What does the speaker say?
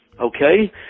Okay